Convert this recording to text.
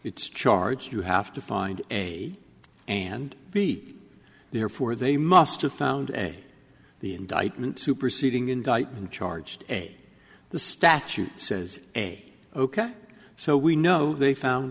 it's charge you have to find a and b therefore they must have found a way the indictment superseding indictment charged way the statute says a ok so we know they found